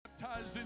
Baptized